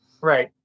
Right